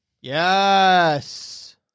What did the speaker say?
Yes